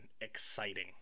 exciting